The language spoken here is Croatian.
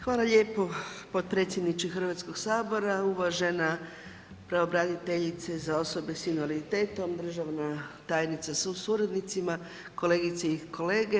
Hvala lijepo potpredsjedniče Hrvatskoga sabora, uvažena pravobraniteljice za osobe sa invaliditetom, državna tajnica sa suradnicima, kolegice i kolege.